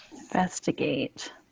Investigate